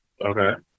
Okay